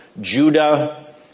Judah